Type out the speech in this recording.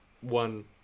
one